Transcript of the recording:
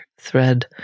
thread